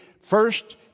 First